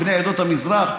בני עדות המזרח,